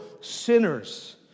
sinners